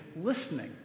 listening